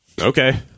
okay